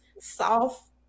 Soft